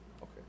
Okay